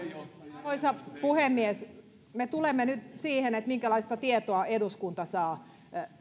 arvoisa puhemies me tulemme nyt siihen minkälaista tietoa eduskunta saa